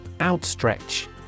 Outstretch